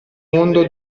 mondo